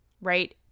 right